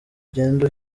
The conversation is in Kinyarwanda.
ugenda